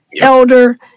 elder